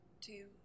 two